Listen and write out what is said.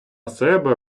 себе